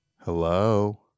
Hello